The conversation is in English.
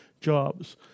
jobs